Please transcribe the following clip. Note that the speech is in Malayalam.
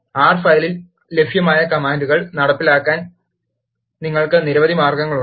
ആർ ഫയലിൽ ലഭ്യമായ കമാൻഡുകൾ നടപ്പിലാക്കാൻ നിങ്ങൾക്ക് നിരവധി മാർഗങ്ങളുണ്ട്